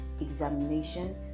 examination